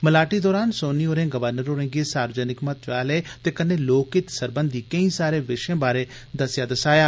मलाटी दौरान सोनी होरें गवर्नर होरें गी सार्वजनिक महत्वै आले ते कन्नै लोक हित सरबंधी केंई सारे विषयें बारै दस्सेया दसाया